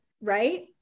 right